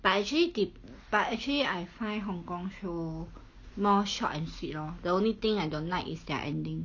but actually dep~ but actually I find hong kong show more short and sweet lor the only thing I don't like is their ending